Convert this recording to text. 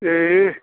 ए